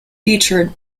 featured